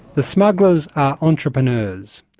the smugglers are entrepreneurs.